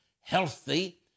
healthy